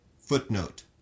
footnote